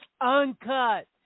uncut